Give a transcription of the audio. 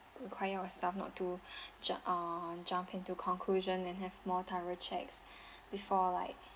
require our staff not to jum~ err jump into conclusion and have more thorough checks before like